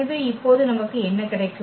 எனவே இப்போது நமக்கு என்ன கிடைக்கும்